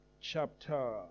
chapter